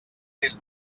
des